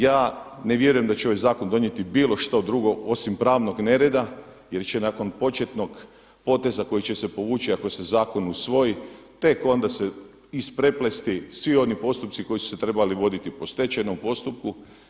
Ja ne vjerujem da će ovaj zakon donijeti bilo što drugo osim pravnog nereda, jer će nakon početnog poteza koji će se povući ako se zakon usvoji tek onda se ispreplesti svi oni postupci koji su se trebali voditi po stečajnom postupku.